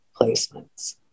placements